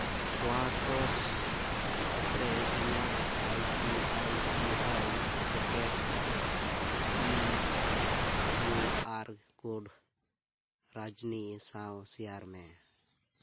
ᱦᱳᱣᱟᱴᱚᱥ ᱮᱯᱨᱮ ᱤᱧᱟᱹᱜ I C I C I pocket QR code ᱨᱚᱡᱽᱱᱤ ᱥᱟᱶ ᱥᱮᱭᱟᱨ ᱢᱮ